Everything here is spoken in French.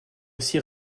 aussi